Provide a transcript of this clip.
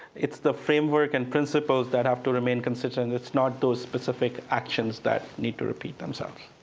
it's the framework and principles that have to remain consistent, it's not those specific actions that need to repeat themselves.